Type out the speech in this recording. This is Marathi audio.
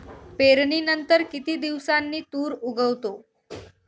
पेरणीनंतर किती दिवसांनी तूर उगवतो?